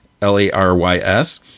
L-A-R-Y-S